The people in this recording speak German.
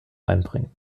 einbringen